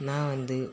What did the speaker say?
நான் வந்து